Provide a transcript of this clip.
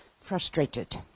frustrated